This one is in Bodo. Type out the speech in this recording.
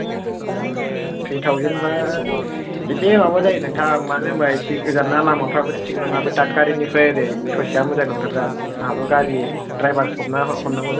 औ दा थ्रि थावसेन्ड बा एसे माबा जायो नोंथां मानो होनबा एसे गोजान ना लामाफोराबो थिख नङा बै दाथगारिनिफ्राय ओरै स'सेया मोजां नंथारा आंहाबो गारि ड्रायभार हमनान होनांगौ जायो ना